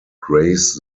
grace